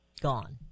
gone